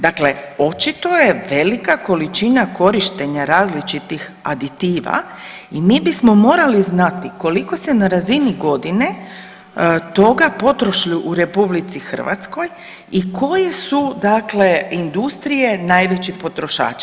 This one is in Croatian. Dakle, očito je velika količina korištenja različitih aditiva i mi bismo morali znati koliko se na razini godine toga potroši u RH i koje su dakle industrije najveći potrošači?